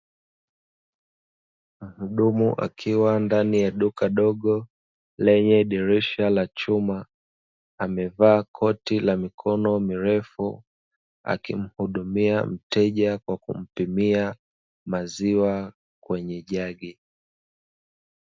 Mhudumu akiwa ndani ya duka dogo lenye dirisha la chuma, amevaa koti la mikono mirefu akimhudumia mteja kwa kumpimia maziwa kwenye jagi.